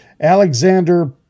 Alexander